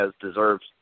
deserves